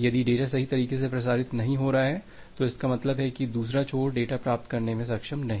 यदि डेटा सही तरीके से प्रसारित नहीं हो रहा है तो इसका मतलब है कि दूसरा छोर डेटा प्राप्त करने में सक्षम नहीं है